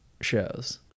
shows